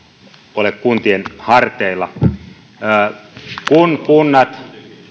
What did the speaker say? ole kuntien harteilla kun kunnat